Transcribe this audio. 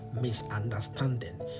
Misunderstanding